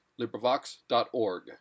LibriVox.org